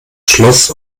schloss